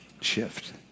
shift